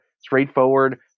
straightforward